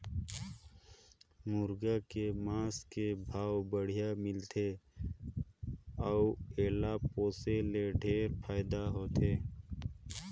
मुरगा के मांस के भाव बड़िहा मिलथे अउ एला पोसे ले ढेरे फायदा होथे